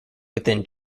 within